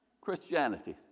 Christianity